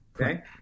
Okay